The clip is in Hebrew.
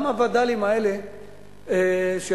גם הווד”לים האלה שיתחילו,